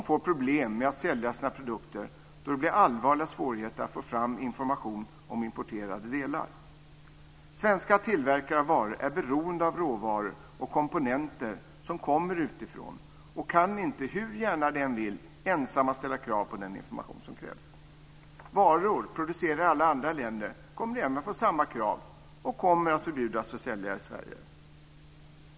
får problem med att sälja sina produkter då det blir allvarliga svårigheter att få fram information om importerade delar. Svenska tillverkare av varor är beroende av råvaror och komponenter som kommer utifrån och kan inte, hur gärna de än vill, ensamma ställa krav på den information som krävs. Varor producerade i alla andra länder kommer även att få samma krav och kommer att förbjudas att säljas i Sverige.